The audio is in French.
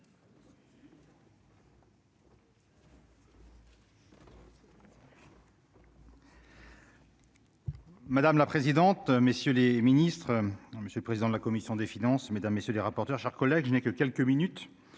Madame la présidente, messieurs les Ministres, Monsieur le président de la commission des finances, mesdames, messieurs les rapporteurs, chers collègues, je n'ai que quelques minutes